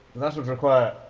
that would require,